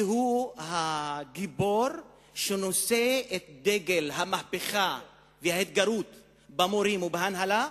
הוא הגיבור שנושא את דגל המהפכה וההתגרות במורים ובהנהלה,